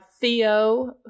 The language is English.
Theo